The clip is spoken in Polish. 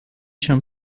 się